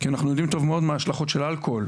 כי אנחנו יודעים טוב מאוד מה ההשלכות של האלכוהול,